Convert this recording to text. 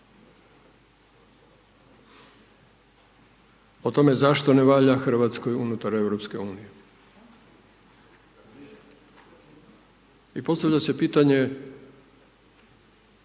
o tome zašto ne valja Hrvatskoj unutar Europske unije. I postavlja se pitanje